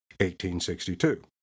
1862